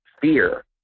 fear